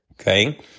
okay